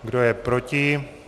Kdo je proti?